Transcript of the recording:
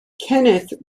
kenneth